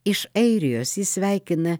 iš airijos jį sveikina